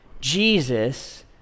Jesus